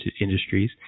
industries